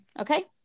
Okay